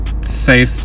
say